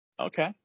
Okay